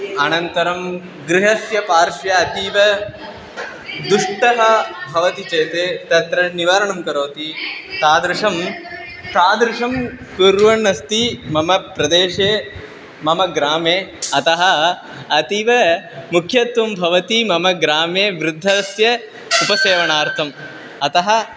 अनन्तरं गृहस्य पार्श्वे अतीव दुष्टः भवति चेत् तत्र निवारणं करोति तादृशं तादृशं कुर्वाणः अस्ति मम प्रदेशे मम ग्रामे अतः अतीव मुख्यत्वं भवति मम ग्रामे वृद्धस्य उपसेवनार्थम् अतः